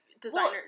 designer